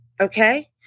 Okay